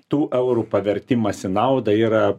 tų eurų pavertimas į naudą yra